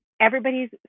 everybody's